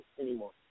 anymore